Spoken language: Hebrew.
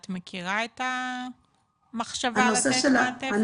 את המכירה את המחשבה על לתת מעטפת?